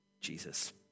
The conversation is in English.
Jesus